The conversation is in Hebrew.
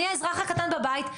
אני האזרח הקטן בבית,